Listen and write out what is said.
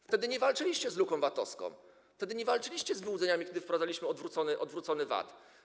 Wtedy nie walczyliście z luką VAT-owską, wtedy nie walczyliście z wyłudzeniami, kiedy wprowadzaliśmy odwrócony VAT.